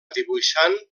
dibuixant